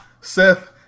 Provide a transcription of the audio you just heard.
seth